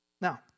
Now